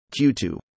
Q2